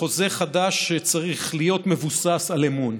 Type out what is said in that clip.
חוזה חדש שצריך להיות מבוסס על אמון.